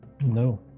No